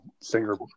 singer